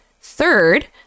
third